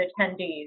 attendees